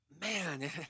man